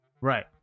Right